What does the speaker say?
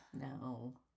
No